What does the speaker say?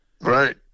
Right